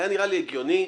היה נראה לי הגיוני.